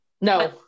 No